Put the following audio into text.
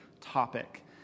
topic